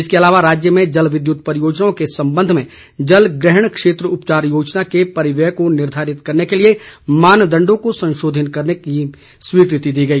इसके अलावा राज्य में जल विद्युत परियोजनाओं के संबंध में जलग्रहण क्षेत्र उपचार योजना के परिव्यय को निर्धारित करने के लिए मानदंडों को संशोधित करने की स्वीकृति दी गई